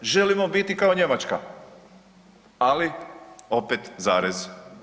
Želimo biti kao Njemačka, ali opet zarez.